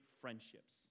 friendships